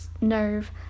nerve